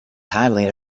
highly